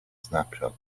snapshot